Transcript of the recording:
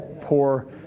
poor